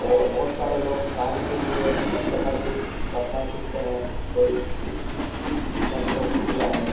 ओर बहुत सारे लोग कार्य के लिए अनेक प्रकार की भाषाएँ सीखते हैं कोई संस्कृत सीख रहा है